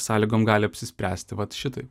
sąlygom gali apsispręsti vat šitaip